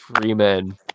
Freeman